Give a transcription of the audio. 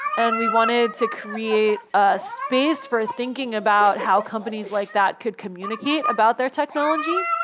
and we wanted to create a space for thinking about how companies like that could communicate about their technology.